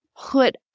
put